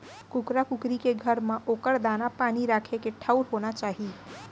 कुकरा कुकरी के घर म ओकर दाना, पानी राखे के ठउर होना चाही